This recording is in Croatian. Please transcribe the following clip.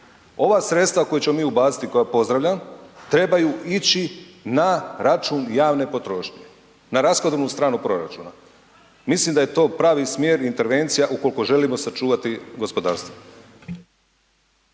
Ova sredstva koja ćemo mi ubaciti i koja pozdravljam, trebaju ići na račun javne potrošnje, na rashodovnu stranu proračuna. Mislim da je to pravi smjer intervencija ukoliko želimo sačuvati gospodarstvo.